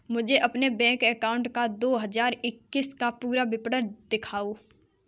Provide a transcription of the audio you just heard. मुझे अपने bank account का दो हज़ार इक्कीस का पूरा विवरण दिखाएँ?